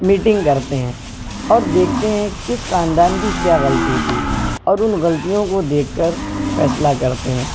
meeting کرتے ہیں اور دیکھتے ہیں کس خاندان کی کیا غلطی تھی اور ان غلطیوں کو دیکھ کر فیصلہ کرتے ہیں